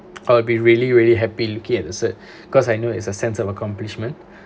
I'll be really really happy looking at the cert cause I know it's a sense of accomplishment